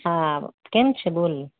હા કેમ છે બોલ